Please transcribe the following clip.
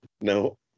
No